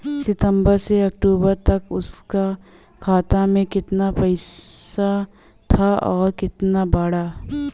सितंबर से अक्टूबर तक उसका खाता में कीतना पेसा था और कीतना बड़ा?